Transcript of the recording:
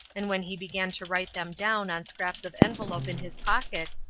and when he began to write them down on scraps of envelope in his pocket,